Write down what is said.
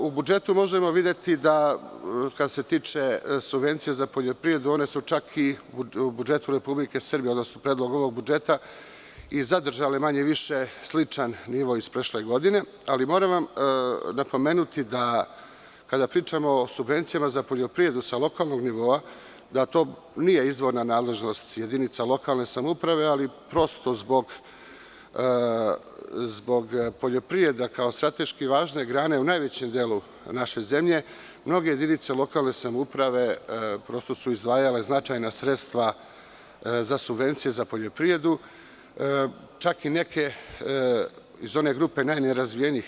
U budžetu možemo videti da što se tiče subvencija za poljoprivredu, one su čak predlogom ovog budžeta i zadržale manje-više sličan nivo iz prošle godine, ali moram napomenuti da, kada pričamo o subvencijama za poljoprivredu sa lokalnog nivoa, to nije izvorna nadležnost jedinica lokalne samouprave, ali prosto zbog poljoprivrede kao strateški važne grane u najvećem delu naše zemlje, mnoge jedinice lokalne samouprave prosto su izdvajale značajna sredstva za subvencije za poljoprivredu, čak i neke iz one grupe najnerazvijenijih.